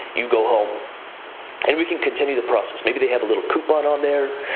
you go home and we can continue the process. maybe they have a little coupon on there.